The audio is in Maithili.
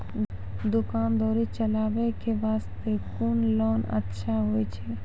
दुकान दौरी चलाबे के बास्ते कुन लोन अच्छा होय छै?